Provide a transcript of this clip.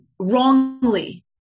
wrongly